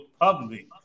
public